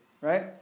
right